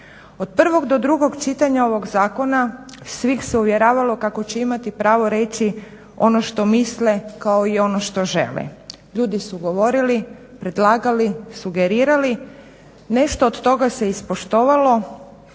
Od prvog do drugog čitanja ovog zakona svih se uvjeravalo kako će imati pravo reći ono što misle kao i ono što žele. Ljudi su govorili, predlagali, sugerirali. Nešto od toga se ispoštovalo,